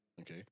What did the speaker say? Okay